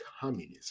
communism